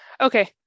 Okay